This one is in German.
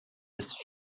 ist